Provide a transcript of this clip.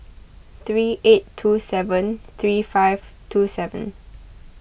three eight two seven three five two seven